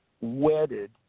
wedded